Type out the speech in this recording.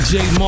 Jay